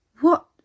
What